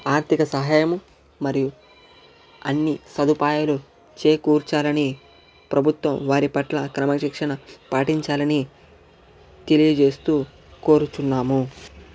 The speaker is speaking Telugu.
ఆర్ధిక సహాయము మరియు అన్ని సదుపాయాలు చేకూర్చాలి అని ప్రభుత్వం వారి పట్ల క్రమశిక్షణ పాటించాలని తెలియజేస్తూ కోరుచున్నాము